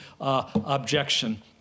objection